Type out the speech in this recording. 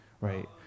right